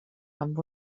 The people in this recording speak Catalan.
amb